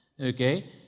Okay